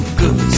good